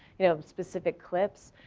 you know, specific clips.